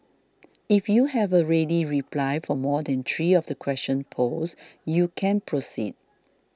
if you have a ready reply for more than three of the questions posed you can proceed